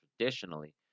traditionally